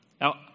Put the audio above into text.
Now